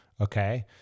Okay